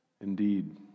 Indeed